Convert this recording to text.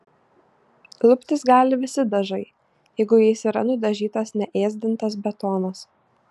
luptis gali visi dažai jeigu jais yra nudažytas neėsdintas betonas